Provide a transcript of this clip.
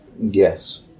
yes